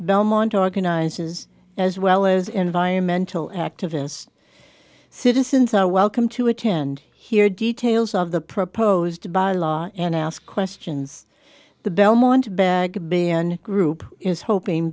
belmont organizes as well as environmental activists citizens are welcome to attend hear details of the proposed by law and ask questions the belmont bag a big fan group is hoping